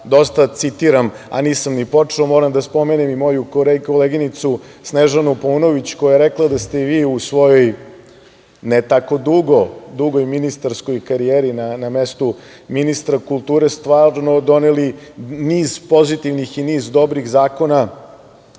Dosta citiram, a nisam ni počeo. Moram da spomenem i moju koleginicu Snežanu Paunović koja je rekla da ste i vi u svojoj, ne tako dugoj, ministarskoj karijeri, na mestu ministra kulture stvarno doneli niz pozitivnih i niz dobrih zakona